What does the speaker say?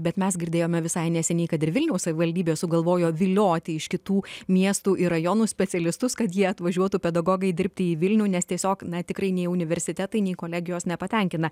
bet mes girdėjome visai neseniai kad ir vilniaus savivaldybė sugalvojo vilioti iš kitų miestų ir rajonų specialistus kad jie atvažiuotų pedagogai dirbti į vilnių nes tiesiog na tikrai nei universitetai nei kolegijos nepatenkina